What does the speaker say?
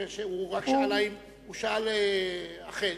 חושב שהעלייה הזאת היא עלייה ברוכה,